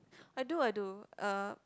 I do I do uh